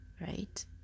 right